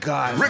God